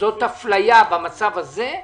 שזאת אפליה במצב הזה,